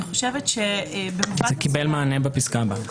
זה קיבל מענה בפסקה הבאה.